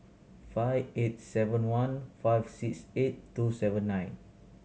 five eight seven one five six eight two seven nine